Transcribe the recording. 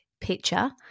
picture